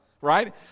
right